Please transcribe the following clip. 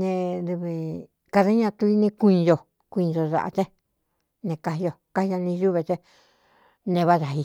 nedɨvkādaɨ ñatu iní kui do kuii do zaꞌa dé ne kāí o ka ña ni ñúvete ne váꞌádā i.